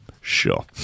sure